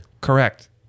Correct